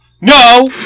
No